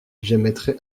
j’émettrai